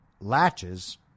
latches